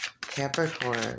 Capricorn